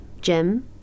Jim